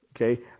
Okay